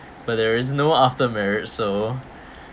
but there is no after marriage so